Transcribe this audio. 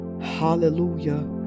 Hallelujah